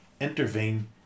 intervene